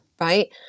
Right